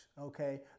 okay